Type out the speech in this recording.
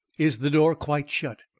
is the door quite shut?